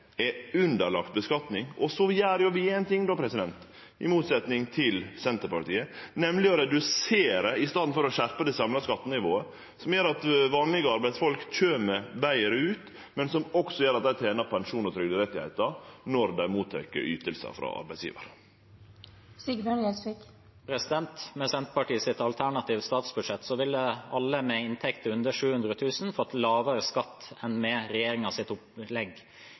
er underlagt skattlegging. Så gjer vi éin ting, i motsetnad til Senterpartiet, nemleg reduserer i staden for å skjerpe det samla skattenivået. Det gjer at vanlege arbeidsfolk kjem betre ut, men det gjer også at dei tener pensjons- og trygderettar når dei tek imot ytingar frå arbeidsgjevar. Med Senterpartiets alternative statsbudsjett ville alle med inntekt under 700 000 kr fått lavere skatt enn med regjeringens opplegg.